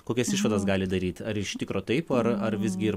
kokias išvadas galit daryt ar iš tikro taip ar ar visgi ir